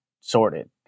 sorted